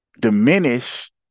diminish